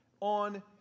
on